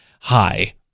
hi